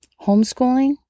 Homeschooling